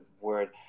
word